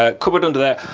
ah cupboard under there,